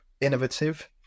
innovative